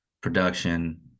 production